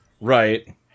Right